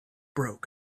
broke